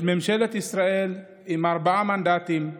את ממשלת ישראל, עם ארבעה מנדטים,